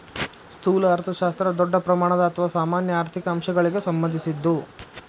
ಸ್ಥೂಲ ಅರ್ಥಶಾಸ್ತ್ರ ದೊಡ್ಡ ಪ್ರಮಾಣದ ಅಥವಾ ಸಾಮಾನ್ಯ ಆರ್ಥಿಕ ಅಂಶಗಳಿಗ ಸಂಬಂಧಿಸಿದ್ದು